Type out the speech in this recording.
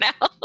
now